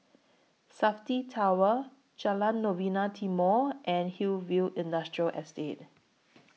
Safti Tower Jalan Novena Timor and Hillview Industrial Estate